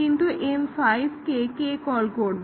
কিন্তু M5 কে কে কল করবে